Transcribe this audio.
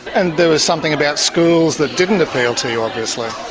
and there was something about schools that didn't appeal to you, obviously.